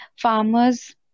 Farmers